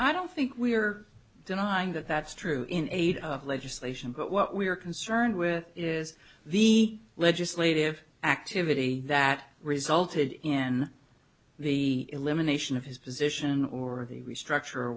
i don't think we are denying that that's true in aid of legislation but what we are concerned with is the legislative activity that resulted in the elimination of his position or the restructure or